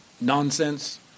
nonsense